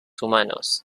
humanos